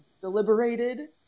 deliberated